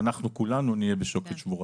ואנחנו כולנו נהיה בשוקת שבורה.